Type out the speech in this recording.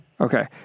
Okay